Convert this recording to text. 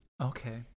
Okay